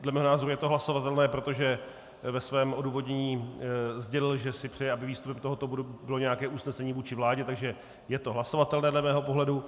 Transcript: Dle mého názoru je to hlasovatelné, protože ve svém odůvodnění sdělil, že si přeje, aby místo tohoto bodu bylo nějaké usnesení vůči vládě, takže je to hlasovatelné dle mého pohledu.